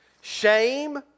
shame